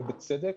ובצדק.